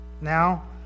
Now